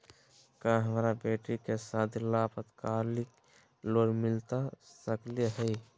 का हमरा बेटी के सादी ला अल्पकालिक लोन मिलता सकली हई?